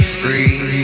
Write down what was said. free